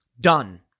Done